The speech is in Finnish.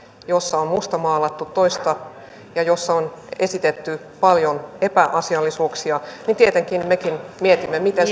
jossa on mustamaalattu toista ja jossa on esitetty paljon epäasiallisuuksia tietenkin mekin mietimme miten